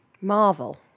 Marvel